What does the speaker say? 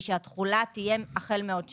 שהתחולה תהיה החל מעוד שנה.